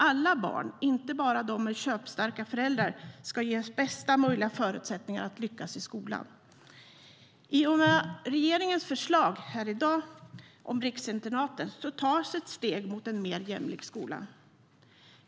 Alla barn, inte bara de med köpstarka föräldrar, ska ges bästa möjliga förutsättningar att lyckas i skolan.I och med regeringens förslag om riksinternaten tas ett steg mot en mer jämlik skola.